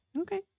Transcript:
Okay